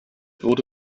wurde